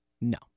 No